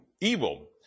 evil